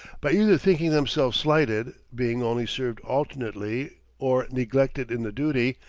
by either thinking themselves slighted, being only served alternately or neglected in the duty,